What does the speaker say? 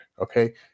okay